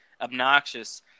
obnoxious